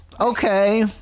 Okay